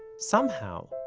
somehow,